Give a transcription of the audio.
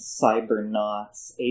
cybernauts